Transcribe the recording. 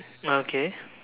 ah okay